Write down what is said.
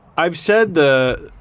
i've said the.